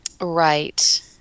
Right